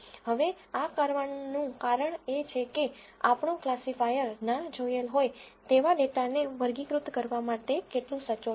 હવે આ કરવાનું કારણ એ છે કે આપણું ક્લાસિફાયર ના જોયેલ હોય તેવા ડેટાને વર્ગીકૃત કરવા માટે કેટલું સચોટ છે